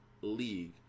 league